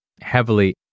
heavily